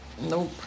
Nope